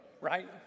Right